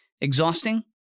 Exhausting